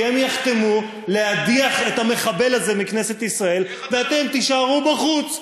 כי הם יחתמו על הדחת את המחבל הזה מכנסת ישראל ואתם תישארו בחוץ.